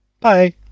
Bye